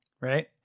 right